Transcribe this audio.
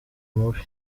mubi